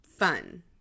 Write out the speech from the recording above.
Fun